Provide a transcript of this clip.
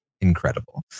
incredible